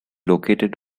located